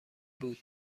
بود